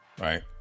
right